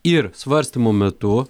ir svarstymo metu